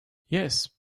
yes